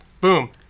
Boom